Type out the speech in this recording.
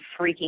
freaking